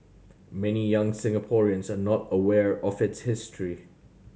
many young Singaporeans are not aware of its history